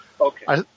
okay